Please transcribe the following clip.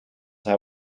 hij